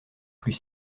plus